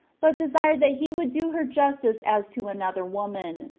but desired that he would do her justice as to another woman.